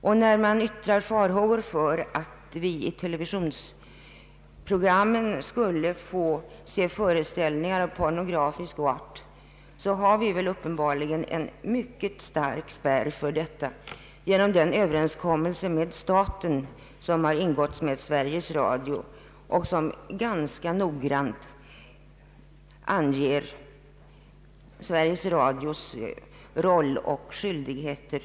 Det uttrycks farhågor för att vi i televisionsprogrammen skulle få se föreställningar av pornografisk art; men vi har uppenbarligen en mycket stark spärr mot detta genom den överenskommelse som träffats mellan staten och Sveriges Radio och som ganska noggrant anger Sveriges Radios roll och skyldigheter.